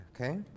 okay